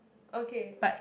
okay